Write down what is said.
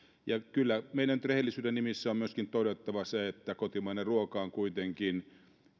ja kyllä meidän nyt rehellisyyden nimissä on todettava myöskin se että kotimainen ruoka on kuitenkin